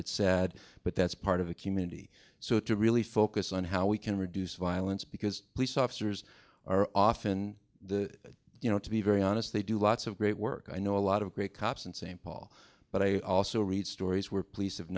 it's sad but that's part of a community so to really focus on how we can reduce violence because police officers are often you know to be very honest they do lots of great work i know a lot of great cops in st paul but i also read stories where police